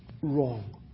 wrong